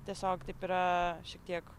tiesiog taip yra šiek tiek